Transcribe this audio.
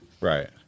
right